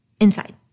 Inside